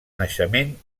naixement